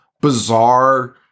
bizarre